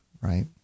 right